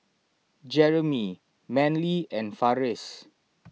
Jeremy Manly and Farris